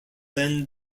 then